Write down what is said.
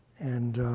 and